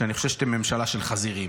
שאני חושב שאתם ממשלה של חזירים.